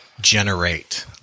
generate